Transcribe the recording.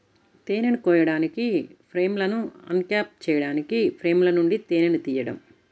తేనెను కోయడానికి, ఫ్రేమ్లను అన్క్యాప్ చేయడానికి ఫ్రేమ్ల నుండి తేనెను తీయడం